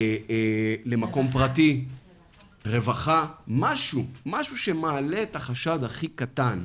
למקום פרטי, לרווחה, משהו שמעלה את החשד הכי קטן,